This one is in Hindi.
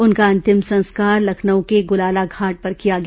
उनका अंतिम संस्कार लखनऊ के गुलाला घाट पर किया गया